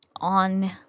On